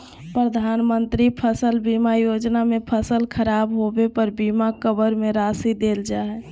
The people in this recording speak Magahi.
प्रधानमंत्री फसल बीमा योजना में फसल खराब होबे पर बीमा कवर में राशि देल जा हइ